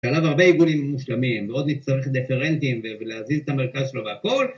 ‫שעליו הרבה עיגולים מושלמים, ‫ועוד נצטרך דיפרנטים, ‫ולהזיז את המרכז שלו והכול.